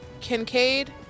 Kincaid